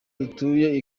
dutuye